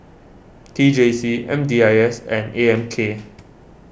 T J C M D I S and A M K